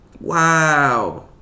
Wow